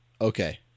Okay